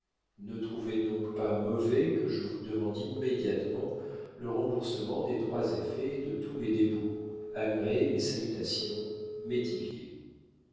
ne trouvez donc pas mauvais que je vous demande immédiatement le remboursement des trois effets et de tous mes débours agréez mes salutations métivier